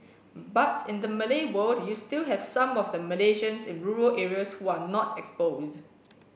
but in the Malay world you still have some of the Malaysians in rural areas who are not exposed